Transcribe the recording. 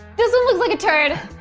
this one looks like a turd.